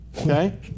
Okay